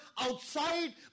outside